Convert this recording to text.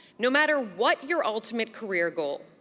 no matter what your ultimate career goal,